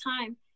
time